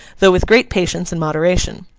though with great patience and moderation.